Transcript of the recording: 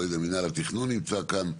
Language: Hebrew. לא יודע אם מינהל התכנון נמצאים כאן,